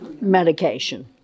medication